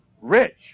rich